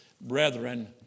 brethren